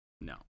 no